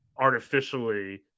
artificially